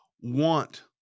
want